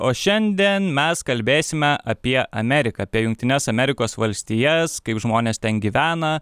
o šiandien mes kalbėsime apie ameriką apie jungtines amerikos valstijas kaip žmonės ten gyvena